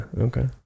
Okay